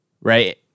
right